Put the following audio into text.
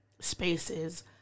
spaces